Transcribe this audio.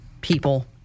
people